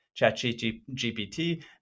ChatGPT